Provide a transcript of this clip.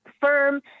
firm